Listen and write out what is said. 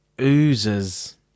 oozes